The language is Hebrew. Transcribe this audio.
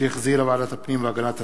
שהחזירה ועדת הפנים והגנת הסביבה,